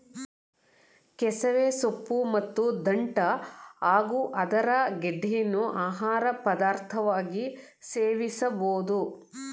ಕೆಸವೆ ಸೊಪ್ಪು ಮತ್ತು ದಂಟ್ಟ ಹಾಗೂ ಅದರ ಗೆಡ್ಡೆಯನ್ನು ಆಹಾರ ಪದಾರ್ಥವಾಗಿ ಸೇವಿಸಬೋದು